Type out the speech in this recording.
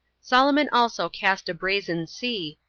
solomon also cast a brazen sea,